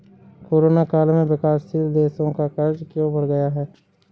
Corona काल में विकासशील देशों का कर्ज क्यों बढ़ गया है?